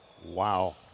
Wow